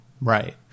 Right